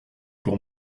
pour